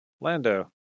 Lando